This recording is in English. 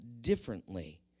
differently